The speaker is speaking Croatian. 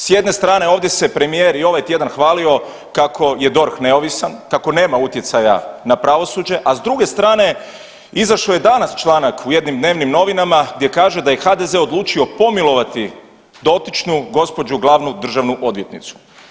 S jedne strane ovdje se premijer i ovaj tjedan hvalio kako je DORH neovisan, kako nema utjecaja na pravosuđe, a s druge strane izašao je danas članak u jednim dnevnim novinama gdje kaže da je HDZ odlučio pomilovati dotičnu gospođu glavnu državnu odvjetnicu.